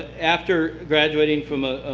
after graduating from a